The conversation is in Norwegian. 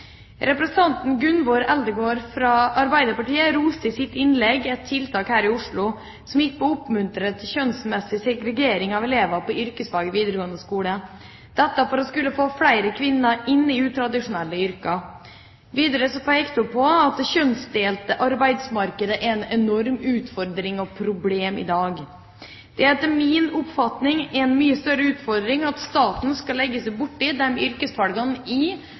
Representanten Gunvor Eldegard fra Arbeiderpartiet roste i sitt innlegg et tiltak her i Oslo som gikk på å oppmuntre til kjønnsmessig segregering av elever på yrkesfag i videregående skole for å få flere kvinner inn i utradisjonelle yrker. Videre pekte hun på at det kjønnsdelte arbeidsmarkedet er en enorm utfordring og et problem i dag. Det er etter min oppfatning en mye større utfordring at staten skal legge seg borti de yrkesvalgene